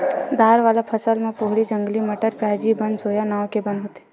दार वाला फसल म पोहली, जंगली मटर, प्याजी, बनसोया नांव के बन होथे